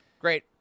Great